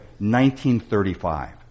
1935